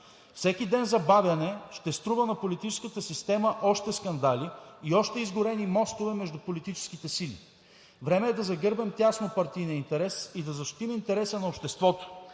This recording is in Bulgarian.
Всеки ден забавяне ще струва на политическата система още скандали и още изгорени мостове между политическите сили. Време е да загърбим тяснопартийния интерес и да защитим интереса на обществото,